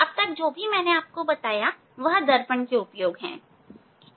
अब तक जो भी मैंने बताया यह दर्पण के उपयोग हैं